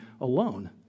alone